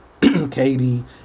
KD